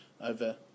over